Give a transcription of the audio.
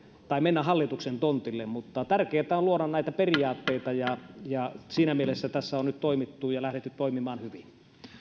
tai mennä hallituksen tontille mutta tärkeätä on luoda näitä periaatteita ja ja siinä mielessä tässä on nyt lähdetty toimimaan hyvin